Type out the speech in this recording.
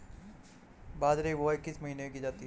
बाजरे की बुवाई किस महीने में की जाती है?